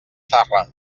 zarra